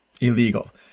illegal